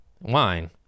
wine